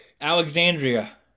alexandria